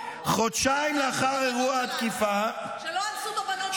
גם מחבלי הנוח'בות אומרים שהם לא אנסו את הבנות שלנו.